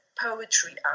poetry